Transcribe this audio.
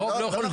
הרוב לא שולט.